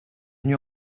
venu